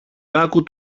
κάκου